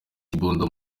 kikunda